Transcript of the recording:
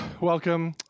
welcome